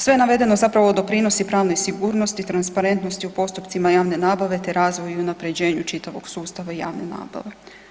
Sve navedeno zapravo doprinosi pravnoj sigurnosti, transparentnosti u postupcima javne nabave te razvoju i unaprjeđenju čitavog sustava javne nabave.